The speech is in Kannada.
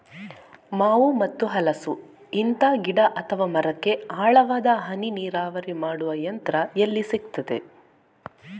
ಮಾವು ಮತ್ತು ಹಲಸು, ಇಂತ ಗಿಡ ಅಥವಾ ಮರಕ್ಕೆ ಆಳವಾದ ಹನಿ ನೀರಾವರಿ ಮಾಡುವ ಯಂತ್ರ ಎಲ್ಲಿ ಸಿಕ್ತದೆ?